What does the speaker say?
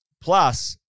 Plus